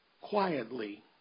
quietly